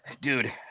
dude